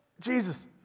Jesus